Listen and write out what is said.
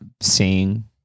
seeing